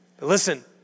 Listen